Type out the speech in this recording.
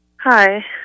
Hi